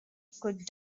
could